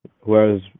Whereas